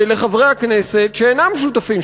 לחברי הכנסת שאינם שותפים,